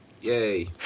Yay